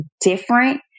different